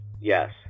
yes